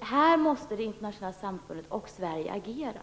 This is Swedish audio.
Här måste det internationella samfundet och Sverige agera.